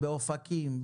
באופקים,